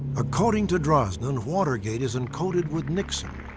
according to drosnin, watergate is encoded with nixon,